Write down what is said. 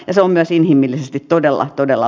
enso myös inhimillisesti todella todella